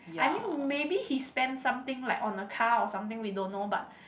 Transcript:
I mean maybe he spend something like on a car or something we don't know but